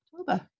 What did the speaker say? October